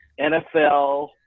NFL